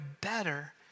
better